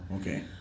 Okay